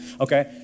Okay